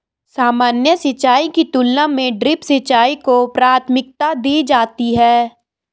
सामान्य सिंचाई की तुलना में ड्रिप सिंचाई को प्राथमिकता दी जाती है